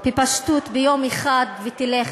בפשטות ביום אחד ותלך,